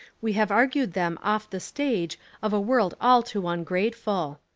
we have argued them off the stage of a world all too ungrateful.